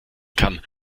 kann